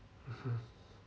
mmhmm